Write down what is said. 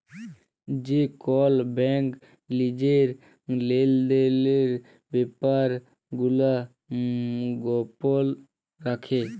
যে কল ব্যাংক লিজের লেলদেলের ব্যাপার গুলা গপল রাখে